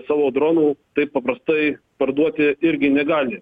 savo dronų taip paprastai parduoti irgi negali